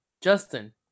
Justin